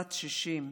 בת 60,